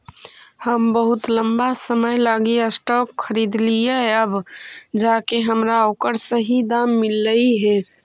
हम बहुत लंबा समय लागी स्टॉक खरीदलिअइ अब जाके हमरा ओकर सही दाम मिललई हे